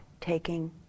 taking